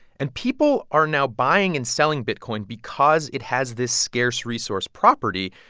and people are now buying and selling bitcoin because it has this scarce resource property.